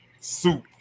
soup